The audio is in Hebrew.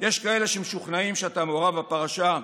יש כאלה שמשוכנעים שאתה מעורב בפרשה בשחיתות.